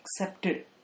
accepted